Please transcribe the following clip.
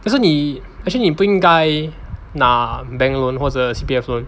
可是你 actually 你不应该拿 bank loan 或者 C_P_F loan